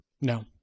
No